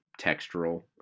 textural